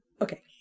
Okay